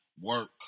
work